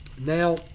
Now